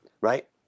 right